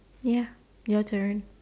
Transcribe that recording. ya your turn